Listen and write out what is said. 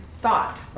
thought